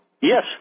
yes